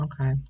okay